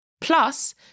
Plus